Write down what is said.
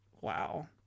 wow